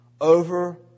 over